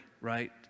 Right